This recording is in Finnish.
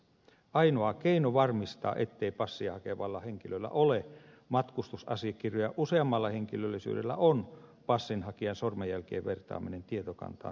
ainoa keino varmistaa ettei passia hakevalla henkilöllä ole matkustusasiakirjoja useammalla henkilöllisyydellä on passin hakijan sormenjälkien vertaaminen tietokantaan talletettuihin sormenjälkiin